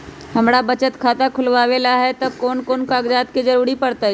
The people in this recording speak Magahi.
हमरा बचत खाता खुलावेला है त ए में कौन कौन कागजात के जरूरी परतई?